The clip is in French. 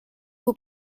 vous